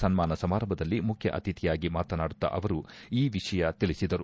ಸನ್ಮಾನ ಸಮಾರಂಭದಲ್ಲಿ ಮುಖ್ಯ ಅತಿಥಿಯಾಗಿ ಮಾತನಾಡುತ್ತ ಅವರು ಈ ವಿಷಯ ತಿಳಿಸಿದರು